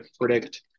predict